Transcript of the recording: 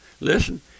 listen